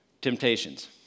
temptations